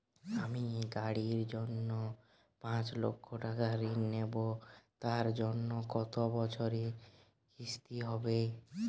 আমি গাড়ির জন্য পাঁচ লক্ষ টাকা ঋণ নেবো তার জন্য কতো বছরের কিস্তি হবে?